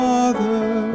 Father